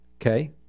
okay